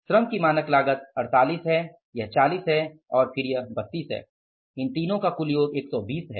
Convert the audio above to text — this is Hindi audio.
श्रम की मानक लागत 48 है यह 40 है फिर यह 32 है इसलिए 120 है